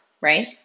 right